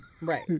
Right